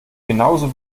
genauso